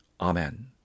Amen